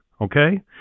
Okay